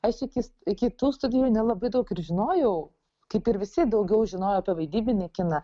aš iki iki tų studijų nelabai daug ir žinojau kaip ir visi daugiau žinojau apie vaidybinį kiną